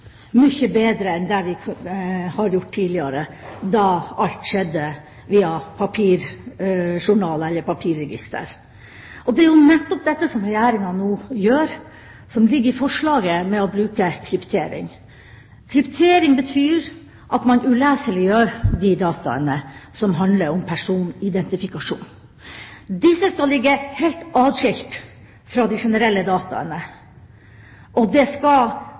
bedre enn det vi har gjort tidligere, da alt skjedde via papirjournaler eller papirregistre. Det er jo nettopp dette som Regjeringa nå gjør, og som ligger i forslaget om å bruke kryptering. Kryptering betyr at man uleseliggjør de dataene som handler om personidentifikasjon. Disse skal ligge helt atskilt fra de generelle dataene, og det skal